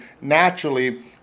naturally